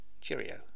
cheerio